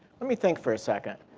let me think for a second.